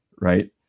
right